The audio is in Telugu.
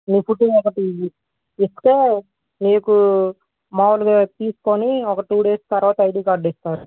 ఒకటి ఇస్తే నీకు మామూలుగా తీసుకొని ఒక టూ డేస్ తర్వాత ఐడి కార్డ్ ఇస్తారు